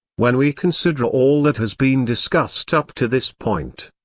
when we consider all that has been discussed up to this point,